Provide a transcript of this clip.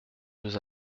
deux